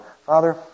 Father